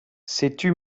setu